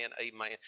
amen